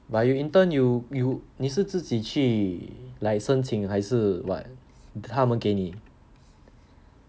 but you intern you you 你是自己去 like 申请还是 what 他们给你